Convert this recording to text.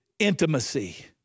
intimacy